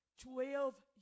Twelve